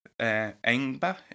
Engba